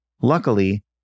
Luckily